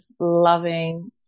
loving